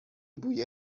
بوی